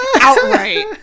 outright